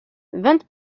vingt